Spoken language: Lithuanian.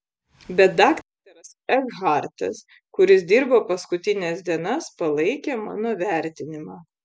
bet daktaras ekhartas kuris dirbo paskutines dienas palaikė mano vertinimą